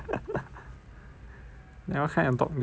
then what kind of dog do you want